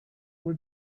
were